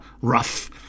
rough